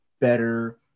better